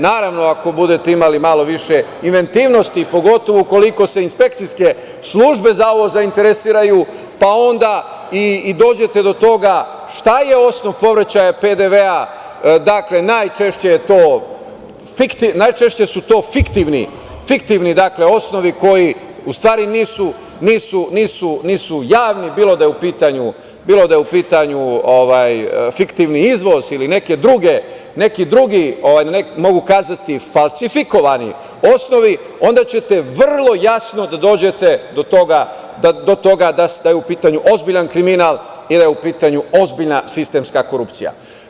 Naravno, ako budete imali malo više inventivnosti, pogotovo koliko se inspekcijske službe za ovo zainteresuju, pa onda i dođete do toga, šta je osnov povraćaja PDV-a, dakle najčešće su to fiktivni osnovi koji, u stvari nisu javni, bilo da je u pitanju fiktivni izvoz ili neki drugi, mogu kazati falsifikovani osnovi, onda ćete vrlo jasno da dođete do toga da je u pitanju ozbiljan kriminal i da je u pitanju ozbiljna sistemska korupcija.